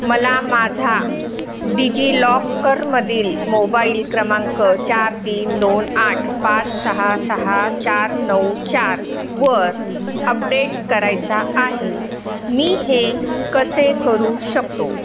मला माझा डिजिलॉकरमधील मोबाईल क्रमांक चार तीन दोन आठ पाच सहा सहा चार नऊ चारवर अपडेट करायचा आहे मी हे कसे करू शकतो